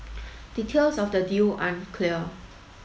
details of the deal aren't clear